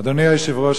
אדוני היושב-ראש,